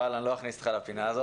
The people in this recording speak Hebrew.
אבל אני לא אכניס אותך לפינה הזאת.